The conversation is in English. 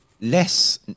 less